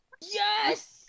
Yes